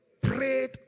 Prayed